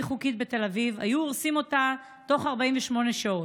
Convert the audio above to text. חוקית בתל אביב היו הורסים אותה בתוך 48 שעות.